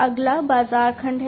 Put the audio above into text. अगला बाजार खंड है